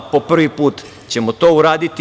Po prvi put ćemo to uraditi.